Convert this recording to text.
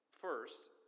First